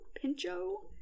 Pincho